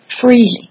freely